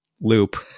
loop